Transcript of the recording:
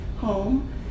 home